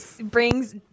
brings